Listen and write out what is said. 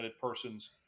persons